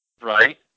Right